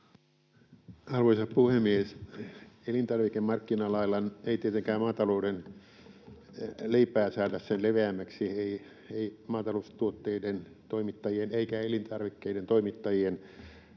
Arvoisa puhemies! Elintarvikemarkkinalailla ei tietenkään maatalouden leipää saada sen leveämmäksi — ei maataloustuotteiden toimittajien eikä elintarvikkeiden toimittajien